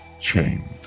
chained